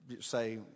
say